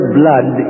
blood